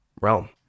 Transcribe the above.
realm